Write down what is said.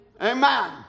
Amen